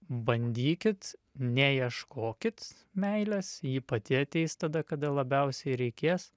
bandykit neieškokit meilės ji pati ateis tada kada labiausiai reikės